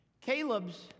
Caleb's